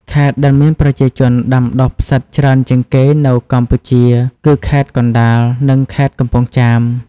ខេត្តដែលមានប្រជាជនដាំដុះផ្សិតច្រើនជាងគេនៅកម្ពុជាគឺ ខេត្តកណ្ដាល និង ខេត្តកំពង់ចាម។